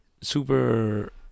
super